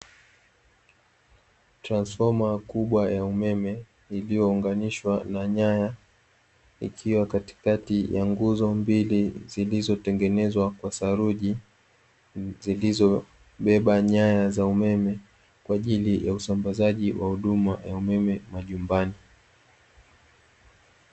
Transfma kubwa ya umeme, iliyounganishwa na nyaya ikiwa katikati ya nguzo mbili zilizotengenezwa kwa saruji zilizobeba nyaya za umeme kwa ajili ya usambazaji wa huduma ya umeme majumbani.